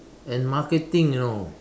and marketing you know